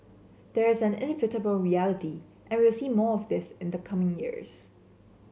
there is an inevitable reality and we'll see more of this in the coming years